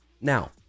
Now